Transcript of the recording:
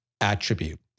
attribute